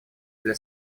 для